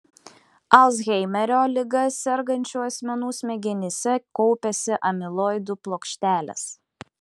alzheimerio liga sergančių asmenų smegenyse kaupiasi amiloidų plokštelės